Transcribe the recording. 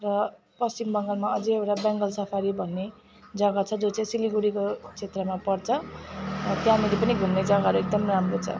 र पश्चिम बङ्गालमा अझै एउडा बेङ्गल सफारी भन्ने जगा छ जो चाहिँ सिलगडीको क्षेत्रमा पर्छ त्यहाँनेरि पनि घुम्ने जगाहरू एकदम राम्रो छ